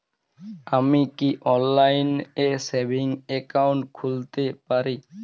আমি কি অনলাইন এ সেভিংস অ্যাকাউন্ট খুলতে পারি?